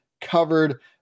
covered